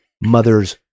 mothers